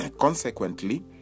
Consequently